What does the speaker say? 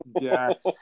Yes